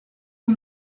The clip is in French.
aux